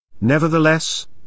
Nevertheless